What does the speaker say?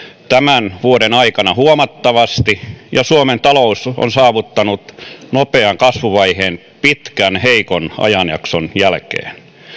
tämän vuoden aikana huomattavasti ja suomen talous on saavuttanut nopean kasvuvaiheen pitkän heikon ajanjakson jälkeen